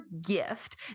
gift